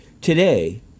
Today